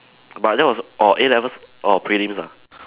but that was orh A-levels orh prelims ah